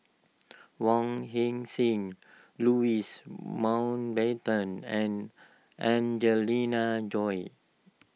Wong Heck Sing Louis Mountbatten and Angelina Choy